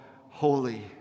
holy